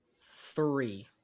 Three